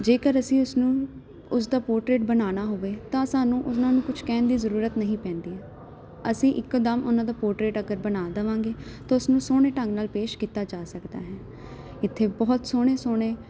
ਜੇਕਰ ਅਸੀਂ ਉਸਨੂੰ ਉਸ ਦਾ ਪੋਰਟਰੇਟ ਬਣਾਉਣਾ ਹੋਵੇ ਤਾਂ ਸਾਨੂੰ ਉਹਨਾਂ ਨੂੰ ਕੁਛ ਕਹਿਣ ਦੀ ਜ਼ਰੂਰਤ ਨਹੀਂ ਪੈਂਦੀ ਅਸੀਂ ਇੱਕਦਮ ਉਹਨਾਂ ਦਾ ਪੋਰਟਰੇਟ ਅਗਰ ਬਣਾ ਦੇਵਾਂਗੇ ਤਾਂ ਉਸਨੂੰ ਸੋਹਣੇ ਢੰਗ ਨਾਲ ਪੇਸ਼ ਕੀਤਾ ਜਾ ਸਕਦਾ ਹੈ ਇੱਥੇ ਬਹੁਤ ਸੋਹਣੇ ਸੋਹਣੇ